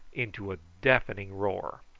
into a deafening roar.